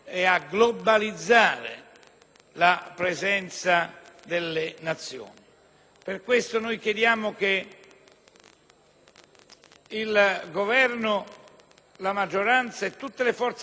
la presenza delle Nazioni. Per questo chiediamo che il Governo, la maggioranza e tutte le forze parlamentari